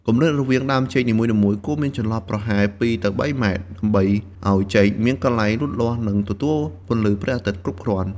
គម្លាតរវាងដើមចេកនីមួយៗគួរមានចន្លោះប្រហែល ២ ទៅ ៣ ម៉ែត្រ ដើម្បីឱ្យដើមចេកមានកន្លែងលូតលាស់និងទទួលពន្លឺព្រះអាទិត្យគ្រប់គ្រាន់។